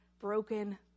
broken